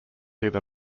either